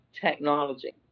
technology